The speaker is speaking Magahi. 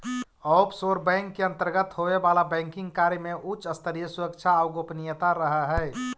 ऑफशोर बैंक के अंतर्गत होवे वाला बैंकिंग कार्य में उच्च स्तरीय सुरक्षा आउ गोपनीयता रहऽ हइ